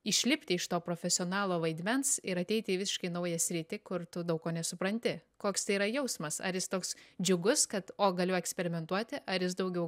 išlipti iš to profesionalo vaidmens ir ateiti į visiškai naują sritį kur tu daug ko nesupranti koks tai yra jausmas ar jis toks džiugus kad o galiu eksperimentuoti ar jis daugiau